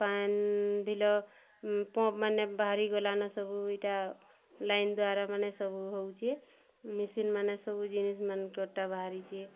ପାନ୍ ବିଲ ପମ୍ପ୍ମାନେ ବାହାରିଗଲାନ ସବୁ ଏଇଟା ଲାଇନ୍ଦ୍ୱାରାମାନେ ସବୁ ହଉଚେ ମେସିନ୍ମାନେ ସବୁ ଜିନିଷମାନଙ୍କର୍ ଟା ବାହାରିଚେ